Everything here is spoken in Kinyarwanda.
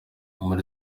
muri